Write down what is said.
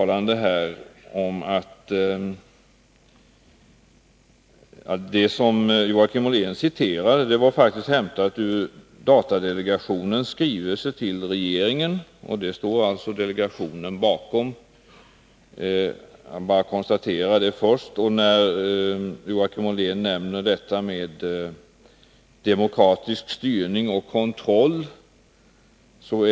Det som Joakim Ollén citerade var faktiskt hämtat ur datadelegationens skrivelse till regeringen, och den står alltså delegationen bakom. Jag vill bara konstatera det först. Joakim Ollén nämner demokratisk styrning och kontroll.